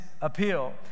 appeal